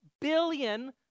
billion